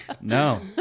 No